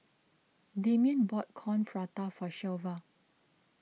Damian bought Coin Prata for Shelva